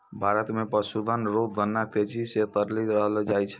भारत मे पशुधन रो गणना तेजी से करी रहलो जाय छै